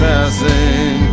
Passing